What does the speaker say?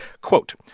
Quote